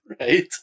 right